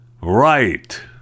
Right